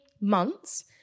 months